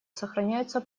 сохраняются